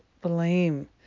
blame